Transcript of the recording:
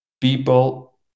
people